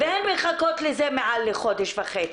והן מחכות לזה מעל לחודש וחצי,